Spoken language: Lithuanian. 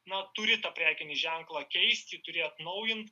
na turi tą prekinį ženklą keist jį turi atnaujint